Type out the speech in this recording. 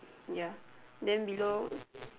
ya then below